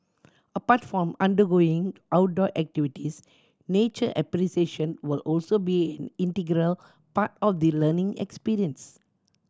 apart from undergoing outdoor activities nature appreciation will also be integral part of the learning experience